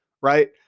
right